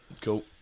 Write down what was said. Cool